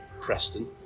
Preston